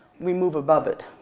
we move above it.